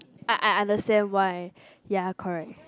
I I understand why ya correct